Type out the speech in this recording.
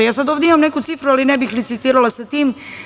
Ja sada ovde imam neku cifru, ali ne bi licitirala sa tim.